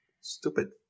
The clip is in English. stupid